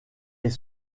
est